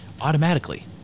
automatically